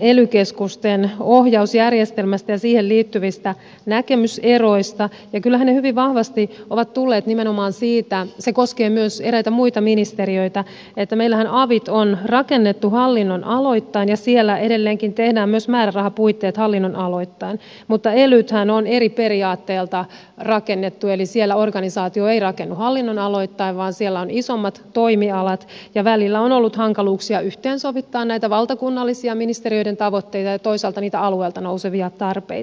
ely keskusten ohjausjärjestelmästä ja siihen liittyvistä näkemyseroista ja kyllähän ne hyvin vahvasti ovat tulleet nimenomaan siitä se koskee myös eräitä muita ministeriöitä että meillähän avit on rakennettu hallinnonaloittain ja siellä edelleenkin tehdään myös määrärahapuitteet hallinnonaloittain mutta elythän on eri periaatteelta rakennettu eli siellä organisaatio ei rakennu hallinnonaloittain vaan siellä on isommat toimialat ja välillä on ollut hankaluuksia yhteensovittaa näitä valtakunnallisia ministeriöiden tavoitteita ja toisaalta niitä alueilta nousevia tarpeita